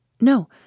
No